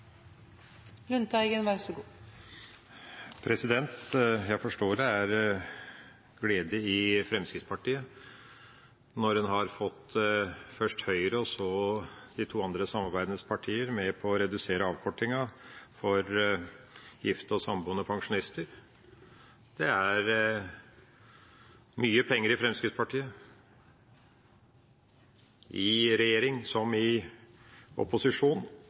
glede i Fremskrittspartiet når en har fått først Høyre og så de to andre samarbeidspartiene med på å redusere avkortinga for gifte og samboende pensjonister. Det er mye penger i Fremskrittspartiet i regjering, som i opposisjon.